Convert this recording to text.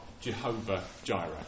Jehovah-Jireh